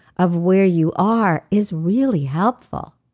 of where you are is really helpful.